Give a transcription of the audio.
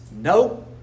no